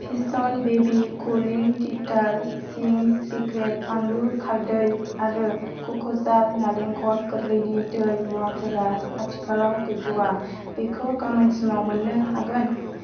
pigeon baby कुलिं टिटार चिंस सिक्रेट फानलु खारदै आरो ककजाल नालेंखर गोरलैनि दै मुवाफोरा आथिखालाव गैथवा बेखौ गामोनसिमाव मोन्नो हागोन